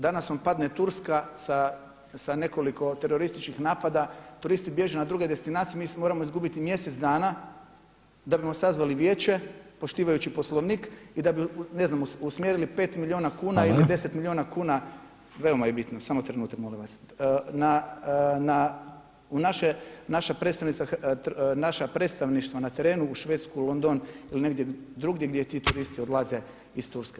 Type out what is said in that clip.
Danas vam padne Turska sa nekoliko terorističkih napada, turisti bježe na druge destinacije mi moramo izgubiti mjesec dana da bismo sazvali vijeće poštivajući Poslovnik i da bi ne znam usmjerili 5 milijuna kuna ili 10 milijuna kuna veoma je bitno [[Upadica Reiner: Hvala.]] Samo trenutka molim vas, naša predstavništva na terenu u Švedsku, London ili negdje drugdje gdje ti turisti odlaze iz Turske.